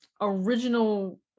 original